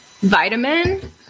vitamin